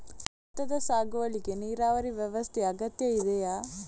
ಭತ್ತದ ಸಾಗುವಳಿಗೆ ನೀರಾವರಿ ವ್ಯವಸ್ಥೆ ಅಗತ್ಯ ಇದೆಯಾ?